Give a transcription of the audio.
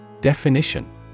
Definition